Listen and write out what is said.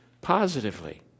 positively